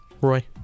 Roy